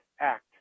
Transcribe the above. Act